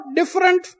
different